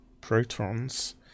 protons